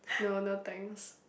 no no thanks